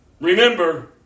remember